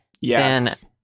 Yes